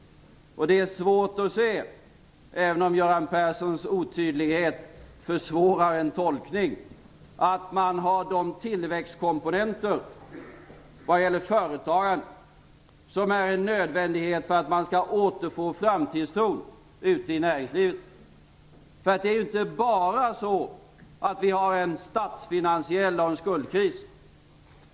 Även om Göran Perssons otydlighet försvårar en tolkning är det svårt att se att man har de tillväxtkomponenter vad gäller företagandet som är en nödvändighet för att näringslivet skall återfå framtidstron. Det är inte bara så att vi har en statsfinansiell kris och en skuldkris.